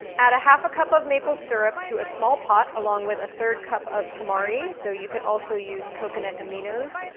add a half a cup of maple syrup to a small pot along with a third cup of tamari, though you could also use coconut aminos,